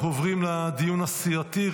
אנחנו עוברים לדיון הסיעתי.